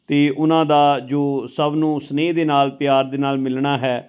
ਅਤੇ ਉਹਨਾਂ ਦਾ ਜੋ ਸਭ ਨੂੰ ਸਨੇਹ ਦੇ ਨਾਲ ਪਿਆਰ ਦੇ ਨਾਲ ਮਿਲਣਾ ਹੈ